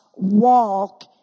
walk